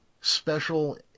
special